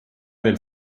del